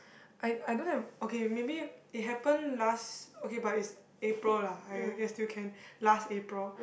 I I don't have okay maybe it happened last okay but it's April lah I guess still can last April